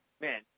man